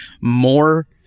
more